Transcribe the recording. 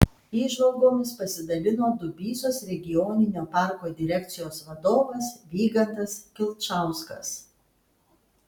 įžvalgomis pasidalino dubysos regioninio parko direkcijos vadovas vygantas kilčauskas